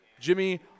Jimmy